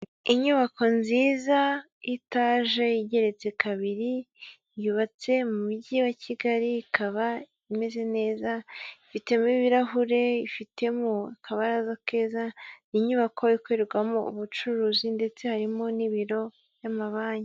Inyubako nziza ya itaje; igeretse kabiri, yubatse mu mujyi wa Kigali, ikaba imeze neza ifitemo ibirahure, ifitemo abaraza keza, ni inyubako ikorerwamo ubucuruzi ndetse harimo n'ibiro by'amabanki.